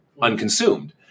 unconsumed